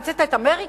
המצאת את אמריקה?